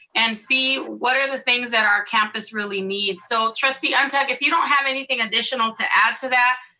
and see what are the things that our campus really needs. so trustee ntuk, if you don't have anything additional to add to that,